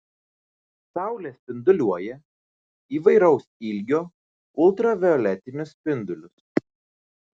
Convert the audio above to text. saulė spinduliuoja įvairaus ilgio ultravioletinius spindulius